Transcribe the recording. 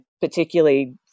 particularly